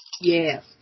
Yes